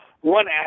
One